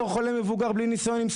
בתור חולה מבוגר בלי ניסיון,